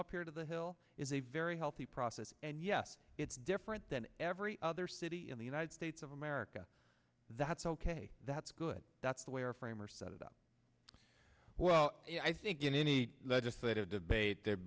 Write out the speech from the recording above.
up here to the hill is a very healthy process and yes it's different than every other city in the united states of america that's ok that's good that's the way our framers set it up well i think in any legislative debate there